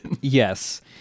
Yes